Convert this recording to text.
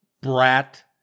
brat